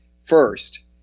first